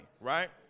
right